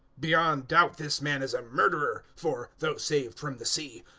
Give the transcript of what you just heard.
beyond doubt this man is a murderer, for, though saved from the sea,